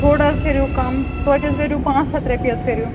تھوڑا حظ کٔروکَم توتہِ حظ کٔرو پانٛژھ ہَتھ رۄپیہِ حظ کٔرو